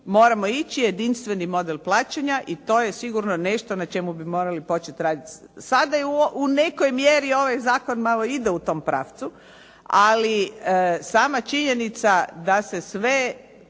moramo ići je jedinstveni model plaćanja i to je sigurno nešto na čemu bi morali početi raditi. Sada je u nekoj mjeri ovaj zakon malo i ide u tom pravcu, ali sama činjenica da se sve